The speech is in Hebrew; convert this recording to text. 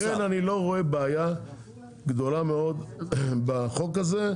ולכן אני לא רואה בעיה גדולה מאוד בחוק הזה.